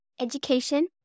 education